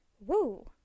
woo